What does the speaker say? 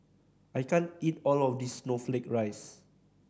I can't eat all of this snowflake ice